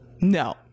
no